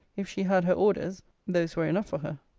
if she had her orders those were enough for her.